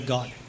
God